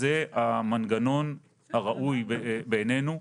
זה המנגנון הראוי בעינינו,